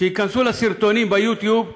ייכנסו לסרטונים ב"יוטיוב",